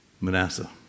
Manasseh